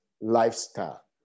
lifestyle